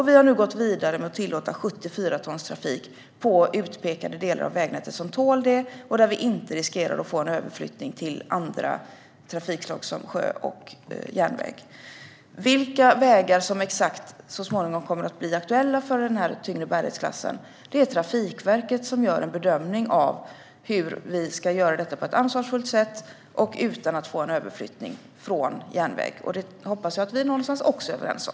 Vi har nu gått vidare med att tillåta 74-tonstrafik i utpekade delar av vägnätet som tål det och där vi inte riskerar att få en överflyttning från andra trafikslag, som sjöfart och järnväg. När det gäller exakt vilka vägar som så småningom kommer att bli aktuella för den tyngre bärighetsklassen så är det Trafikverket som gör en bedömning av det och hur vi ska göra det på ett ansvarfullt sätt och utan att få en överflyttning från järnväg. Det hoppas jag att vi någonstans också är överens om.